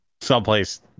someplace